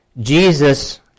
Jesus